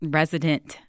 resident